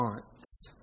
response